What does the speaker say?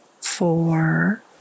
Four